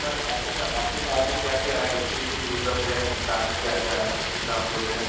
sir आपके आपकी car में क्या क्या है ए सी उसी सब उपलब्ध है कि कार में क्या क्या है सुविधा उपलब्ध है